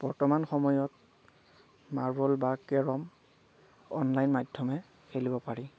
বৰ্তমান সময়ত মাৰ্বল বা কেৰম অনলাইন মাধ্যমে খেলিব পাৰি